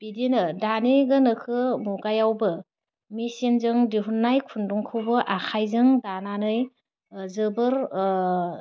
बिदिनो दानि गोनोखो मुगायावबो मिसिनजों दिहुन्नाय खुन्दुंखौबो आखाइजों दानानै जोबोर